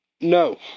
No